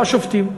איפה השופטים?